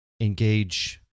engage